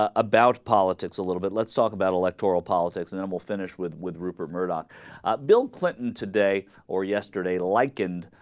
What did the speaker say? ah about politics a little bit let's talk about electoral politics and animal finish with with rupert murdoch ah. bill clinton today or yesterday like and